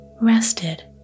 rested